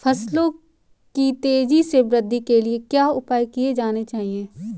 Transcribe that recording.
फसलों की तेज़ी से वृद्धि के लिए क्या उपाय किए जाने चाहिए?